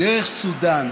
דרך סודאן